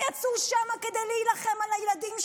הם יצאו לשם כדי להילחם על הילדים שלהם.